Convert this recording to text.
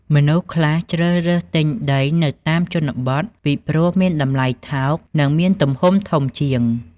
មនុស្សខ្លះជ្រើសរើសទិញដីនៅតាមជនបទ ពីព្រោះមានតម្លៃថោក និងមានទំហំធំជាង។